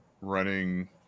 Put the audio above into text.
running